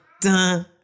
dun